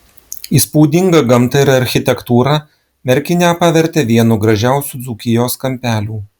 įspūdinga gamta ir architektūra merkinę pavertė vienu gražiausių dzūkijos kampelių